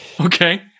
Okay